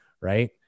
right